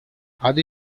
adi